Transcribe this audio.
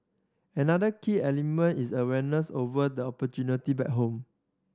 another key element is awareness over the opportunity back home